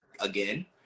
again